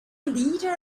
leader